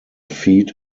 feet